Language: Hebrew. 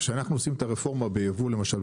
כשאנחנו עושים את הרפורמה בייבוא למשל,